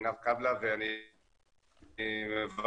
רוצה לפנות קודם לשר המדע והטכנולוגיה שביקש